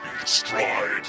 destroyed